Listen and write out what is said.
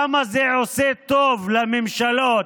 למה זה עושה טוב לממשלות